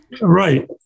Right